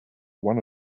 one